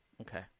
Okay